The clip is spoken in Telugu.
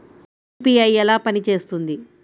యూ.పీ.ఐ ఎలా పనిచేస్తుంది?